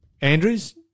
Andrews